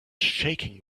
shaking